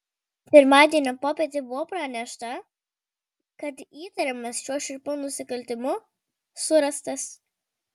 pirmadienio popietę buvo pranešta kad įtariamas šiuo šiurpiu nusikaltimu surastas